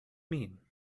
mean